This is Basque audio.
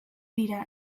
dira